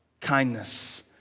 kindness